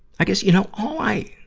i guess, you know, all i,